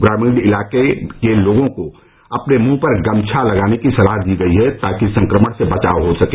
ग्रामीण इलाके के लोगों को अपने मुंह पर गमछा लगाने की सलाह दी गई है ताकि संक्रमण से बचाव हो सके